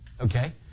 okay